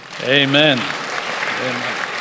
Amen